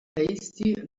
hasty